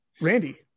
Randy